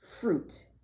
fruit